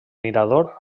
mirador